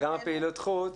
אבל גם פעילות חוץ,